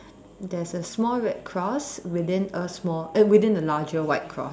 there's a small red cross within a small eh within a larger white cross